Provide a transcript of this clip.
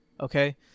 okay